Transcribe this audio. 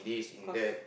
cause